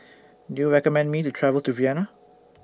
Do YOU recommend Me to travel to Vienna